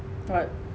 what